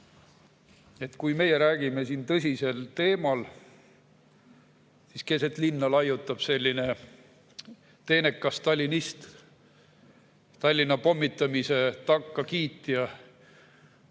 Kui meie räägime siin tõsisel teemal, siis keset linna laiutab selline teenekas stalinist, Tallinna pommitamise takkakiitja.